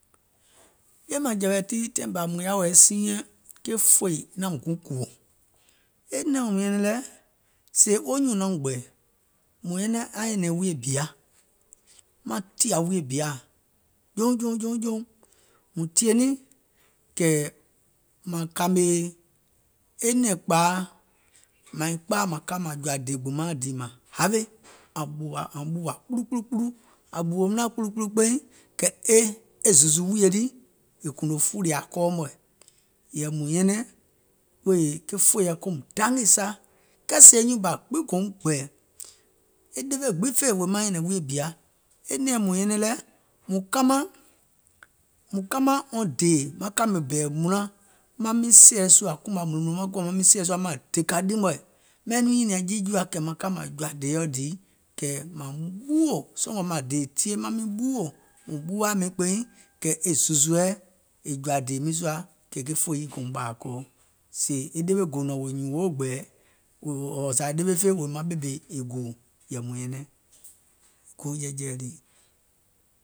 Ɓìèmȧŋjɛ̀wɛ̀ tii, taìŋ bȧ mùŋ yaȧ wɛ̀i siinyɛŋ, ke fòì nauŋ guùŋ kùò, e nɛ̀ɛùm nyɛŋɛŋ lɛ̀ sèè wo nyùùŋ naum gbɛ̀ɛ̀, mùŋ nyɛnɛŋ aŋ nyɛ̀nɛ̀ŋ wuiyè ɓìa, maŋ tìȧ wuiyè bìaȧ jòuŋ jòuŋ jòuŋ, mùŋ tìè niŋ, mùŋ tìè niìŋ kɛ̀ mȧŋ kȧmè nɛ̀ŋ kpȧai, mȧiŋ kpaaì mȧŋ ka màŋ jɔ̀ȧ dèè gbùmaȧŋ dèè mȧŋ hawe, ȧum ɓùwà kpulu kpulu, ȧŋ ɓùwòùm naȧŋ kpulu kpulu kpeiŋ e zùzù wùìyè lii è kùùnò fùlìà kɔɔ mɔ̀ɛ̀, yɛ̀ì mùŋ nyɛnɛŋ wèè ke fòìɛ keum dangè sa, kɛɛ sèè wo nyùùŋ bȧ gbiŋ gòum gbɛ̀ɛ̀, e dewe gbiŋ fè wèè maŋ nyɛ̀nɛ̀ŋ wuiyè bìa, e nɛ̀ɛŋ mùŋ nyɛnɛŋ lɛ̀, mùŋ kamàŋ, mùŋ kamȧŋ wɔŋ dèè maŋ kȧmè wɔŋ bɛ̀ɛ̀ mùnlaŋ, maŋ miŋ sɛ̀ɛ̀ sùȧ, kùmȧ mùnlò mùnlò maŋ kùȧŋ, maŋ miŋ sɛ̀ɛ̀ sùȧ maŋ dèkȧ ɗì mɔ̀ɛ̀, maŋ niŋ nyìnìȧŋ jii jùa kɛ̀ mȧŋ ka mȧŋ jɔ̀ȧ dèèɔ dìì kɛ̀ mȧŋ ɓuuwò sɔ̀ngɔ̀ maŋ dèè tìyèe maŋ miŋ ɓuuwò, mùŋ ɓuuwà miìŋ kpeiŋ kɛ̀ e zùzùɛ è jɔ̀ȧ dèè miiŋ sùȧ kɛ̀ fòi yii kèum ɓȧȧ kɔɔ, sèè e ɗewe gò nɔ̀ŋ wèè wò nyùùŋ woo gbɛ̀ɛ̀, ɔ̀ɔ̀ zȧ ɗewe fè wèè maŋ ɓèmè è gòò, yɛ̀ì mùŋ nyɛneŋ e goò jiɛ̀jiɛ̀ɛ lii.